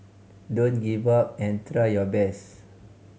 don't give up and try your best